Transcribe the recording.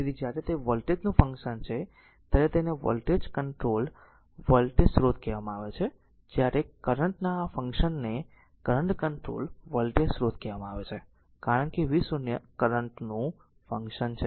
તેથી જ્યારે તે વોલ્ટેજ નું ફંક્શન છે ત્યારે તેને વોલ્ટેજ કંટ્રોલ્ડ વોલ્ટેજ સ્રોત કહેવામાં આવે છે જ્યારે કરંટ ના આ ફંક્શન ને કરંટ કંટ્રોલ્ડ વોલ્ટેજ સ્રોત કહેવામાં આવે છે કારણ કે v 0 કરંટ નું ફંક્શન છે